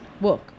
work